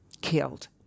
killed